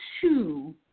two